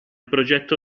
progetto